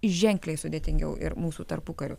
ženkliai sudėtingiau ir mūsų tarpukariu